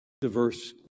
diverse